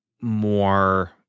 more